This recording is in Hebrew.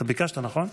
אתה ביקשת, נכון?